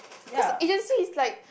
cause agency is like